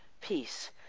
peace